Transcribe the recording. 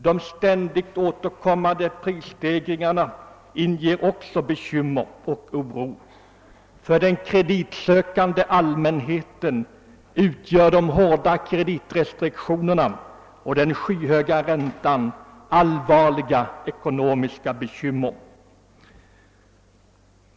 De ständigt återkommande = prisstegringarna skapar också bekymmer och oro. För den kreditsökande allmänheten utgör de hårda kreditrestriktionerna och den skyhöga räntan allvarliga ekonomiska bekymmer.